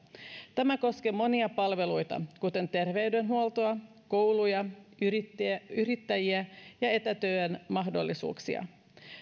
tämä koskee monia palveluita kuten terveydenhuoltoa kouluja yrittäjiä yrittäjiä ja etätyön mahdollisuuksia